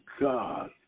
God